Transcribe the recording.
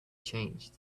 changed